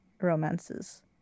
romances